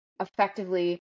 effectively